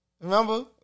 Remember